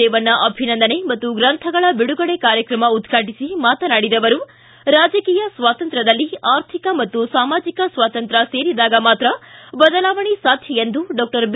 ರೇವಣ್ಣ ಅಭಿನಂದನೆ ಮತ್ತು ಗ್ರಂಥಗಳ ಬಿಡುಗಡೆ ಕಾರ್ಯಕ್ರಮ ಉದ್ಘಾಟಿಸಿ ಮಾತನಾಡಿದ ಅವರು ರಾಜಕೀಯ ಸ್ವಾತಂತ್ರ್ಯದಲ್ಲಿ ಅರ್ಥಿಕ ಮತ್ತು ಸಾಮಾಜಿಕ ಸ್ವಾತಂತ್ರ್ಯ ಸೇರಿದಾಗ ಮಾತ್ರ ಬದಲಾವಣೆ ಸಾಧ್ಯ ಎಂದು ಡಾಕ್ಟರ್ ಬಿ